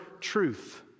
truth